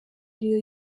ariyo